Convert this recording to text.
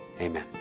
Amen